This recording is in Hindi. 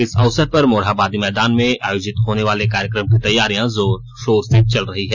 इस अवसर पर मोरहाबादी मैदान में आयोजित होने वाले कार्यक्रम की तैयारियां जोर शोर से चल रही है